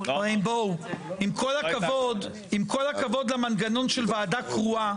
עם כל הכבוד למנגנון של ועדה קרואה,